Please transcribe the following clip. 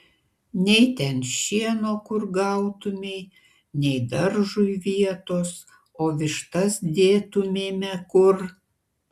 nei ten šieno kur gautumei nei daržui vietos o vištas dėtumėme kur